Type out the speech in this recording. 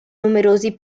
numerosi